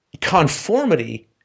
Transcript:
conformity